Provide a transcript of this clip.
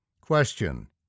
Question